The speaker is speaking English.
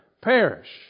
perish